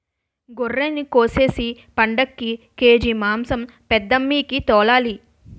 గొర్రినికోసేసి పండక్కి కేజి మాంసం పెద్దమ్మికి తోలాలి